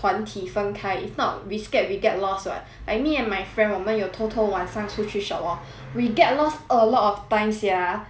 团体分开 if not we scared we get lost what like me and my friend 我们有偷偷晚上出去 shop hor we get lost a lot of time sia